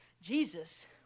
Jesus